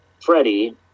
Freddie